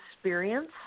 experience